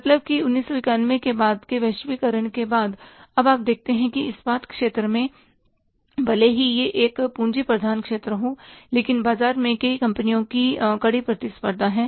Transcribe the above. मतलब की 1991 के बाद के इस वैश्वीकरण के बाद अब आप देखते हैं कि इस्पात क्षेत्र में भले ही यह एक पूंजी प्रधान क्षेत्र हो लेकिन बाजार में कई कंपनियों की कड़ी प्रतिस्पर्धा है